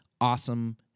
awesome